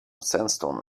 sandstone